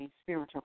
spiritual